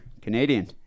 Canadian